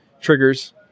triggers